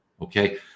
okay